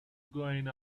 going